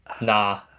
Nah